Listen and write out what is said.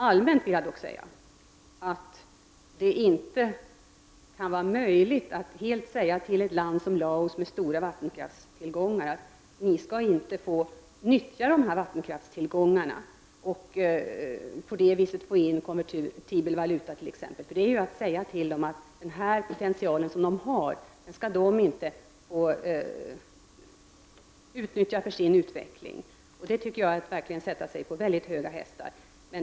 Allmänt vill jag dock säga att det inte kan vara möjligt att säga till ett land som Laos med stora vattenkraftstill gångar att man inte får utnyttja dessa för att få in konvertibel valuta. Det är detsamma som att säga att Laos inte skall få använda denna potential för sin utveckling. Det tycker jag verkligen är att sätta sig på väldigt höga hästar.